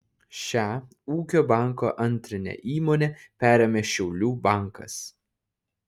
šią ūkio banko antrinę įmonę perėmė šiaulių bankas